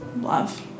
love